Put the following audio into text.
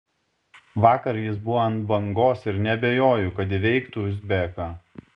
vakar jis buvo ant bangos ir neabejoju kad įveiktų uzbeką